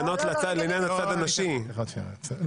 מעלה את הכותרת,